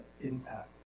impact